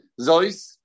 Zois